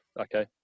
okay